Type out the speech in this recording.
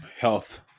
health